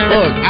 Look